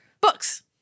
Books